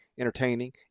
Entertaining